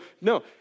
no